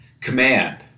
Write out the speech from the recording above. Command